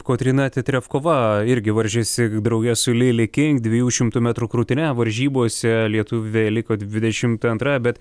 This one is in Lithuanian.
kotryna teterevkova irgi varžėsi drauge su lili king dviejų šimtų metrų krūtine varžybose lietuvė liko dvidešim antra bet